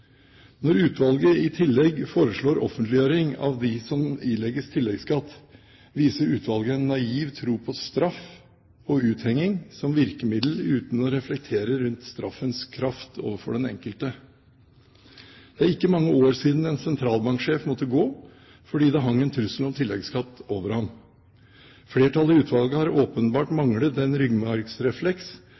Når utvalget i tillegg foreslår offentliggjøring av dem som ilegges tilleggsskatt, viser utvalget en naiv tro på straff og uthenging som virkemiddel uten å reflektere rundt straffens kraft overfor den enkelte. Det er ikke mange år siden en sentralbanksjef måtte gå fordi det hang en trussel om tilleggsskatt over ham. Flertallet i utvalget har åpenbart manglet den